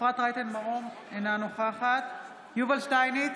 אפרת רייטן מרום, אינה נוכחת יובל שטייניץ,